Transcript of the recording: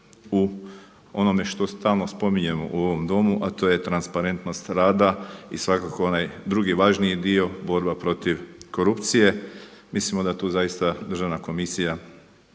u onome što stalno spominjemo u ovom Domu, a to je transparentnost rada i svakako onaj drugi važniji dio borba protiv korupcije. Mislimo da tu zaista Državna komisija